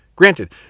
Granted